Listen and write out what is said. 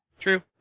True